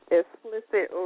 explicit